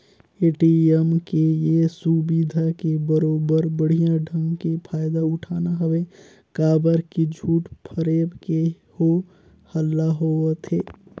ATM के ये सुबिधा के बरोबर बड़िहा ढंग के फायदा उठाना हवे काबर की झूठ फरेब के हो हल्ला होवथे